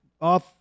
off